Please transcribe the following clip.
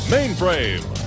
Mainframe